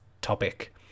topic